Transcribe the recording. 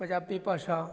ਪੰਜਾਬੀ ਭਾਸ਼ਾ